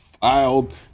Filed